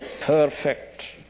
perfect